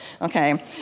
Okay